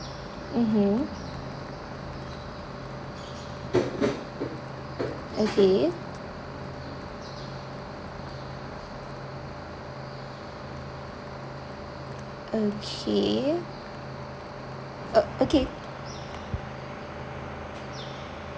mmhmm okay okay o~ okay